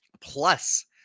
plus